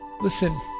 Listen